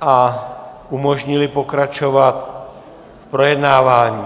a umožnili pokračovat projednávání.